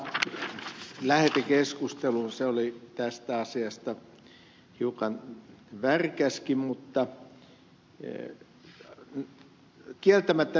se oli tästä asiasta hiukan värikäskin mutta kieltämättä näitä ed